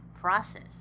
process